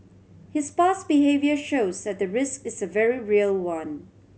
his past behaviour shows that the risk is a very real one